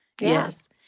Yes